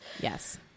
Yes